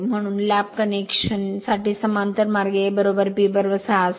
म्हणून lap connection साठी समांतर मार्ग A P 6 असेल